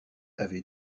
avait